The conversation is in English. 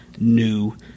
new